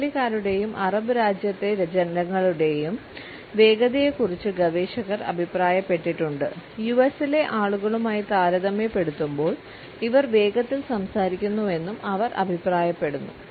ഇറ്റലിക്കാരുടെയും Arab രാജ്യത്തെ ജനങ്ങളുടെയും വേഗതയെക്കുറിച്ച് ഗവേഷകർ അഭിപ്രായപ്പെട്ടിട്ടുണ്ട് യുഎസിലെ ആളുകളുമായി താരതമ്യപ്പെടുത്തുമ്പോൾ ഇവർ വേഗത്തിൽ സംസാരിക്കുന്നുവെന്നും അവർ അഭിപ്രായപ്പെടുന്നു